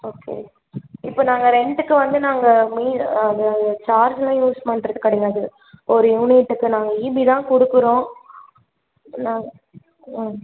okay இப்போது நாங்கள் ரெண்ட்டுக்கு வந்து நாங்கள் மீட்டர் அது சார்ஜெலாம் யூஸ் பண்ணுறது கிடையாது ஒரு யூனிட்டுக்கு நாங்கள் ஈபி தான் கொடுக்குறோம் நாங்கள்